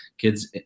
kids